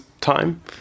time